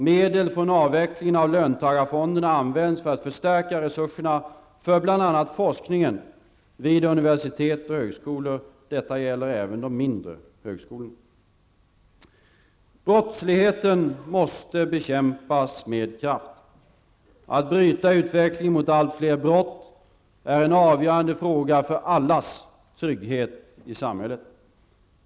Medel från avvecklingen av löntagarfonderna används till att förstärka resurserna för bl.a. forskning vid universitet och högskolor. Detta gäller även de mindre högskolorna. Brottsligheten måste bekämpas med kraft. Att bryta utvecklingen mot allt fler brott är en avgörande fråga för allas trygghet i samhället.